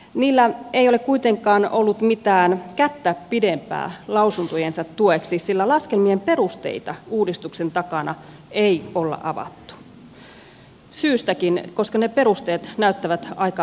niillä ei ole kuitenkaan ollut mitään kättä pidempää lausuntojensa tueksi sillä laskelmien perusteita uudistuksen takana ei olla avattu syystäkin koska ne perusteet näyttävät aika tarkoitushakuisilta